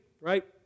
Right